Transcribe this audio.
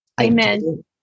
Amen